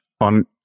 on